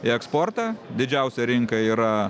į eksportą didžiausia rinka yra